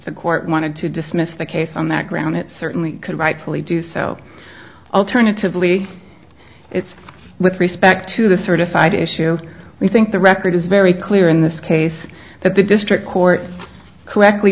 the court wanted to dismiss the case on that ground it certainly could rightfully do so alternatively it's with respect to the certified issue we think the record is very clear in this case that the district court correctly